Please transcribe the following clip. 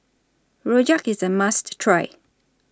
Rojak IS A must Try